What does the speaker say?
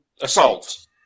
Assault